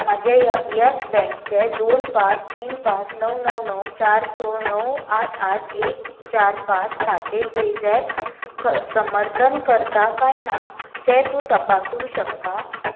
म्हजें ये यस बँकचें दोन पांच तीन पांच णव णव णव चार स णव आठ आठ एक चार पांच खातें पेझॅप समर्थन करता काय ना तें तूं तपासूंक शकता